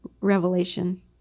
revelation